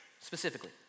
specifically